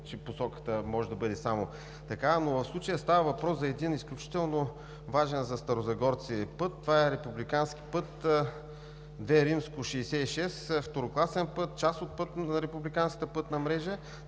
че посоката може да бъде само такава, но в случая става въпрос за един изключително важен за старозагорци път – това е републикански път II-66, второкласен път, част от републиканската пътна мрежа.